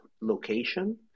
location